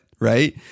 right